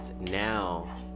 Now